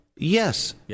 Yes